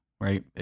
right